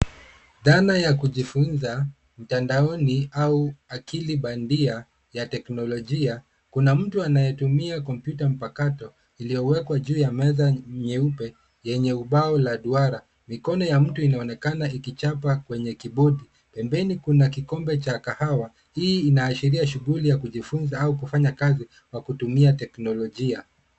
Dhana ya kujifunza mtandaoni au akili bandia ya teknolojia; kuna mtu anayetumia kompyuta mpakato, iliyowekwa juu ya meza nyeupe yenye ubao la duara. Mikono ya mtu inaonekana ikichapa kwenye kibodi. Pembeni kuna kikombe cha kahawa. Hii inaashiri shughuli ya kujifunza au kufanya kazi kwa kutumia teknolojia.